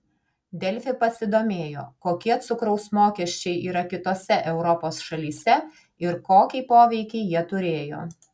delfi pasidomėjo kokie cukraus mokesčiai yra kitose europos šalyse ir kokį poveikį jie turėjo